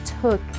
took